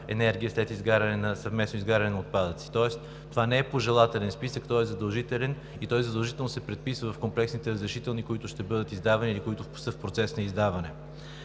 енергия след съвместно изгаряне на отпадъци. Това не е пожелателен списък, той е задължителен и той задължително се предписва в комплексните разрешителни, които ще бъдат издавани или които са в процес на издаване.